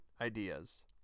ideas